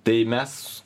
tai mes